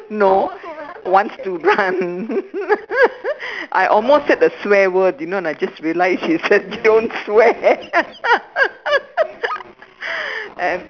no wants to run I almost said the swear word you know and I just realized you said don't swear and